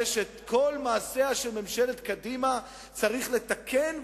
שאת כל מעשיה של ממשלת קדימה צריך לתקן,